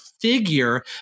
figure